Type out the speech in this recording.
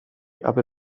aby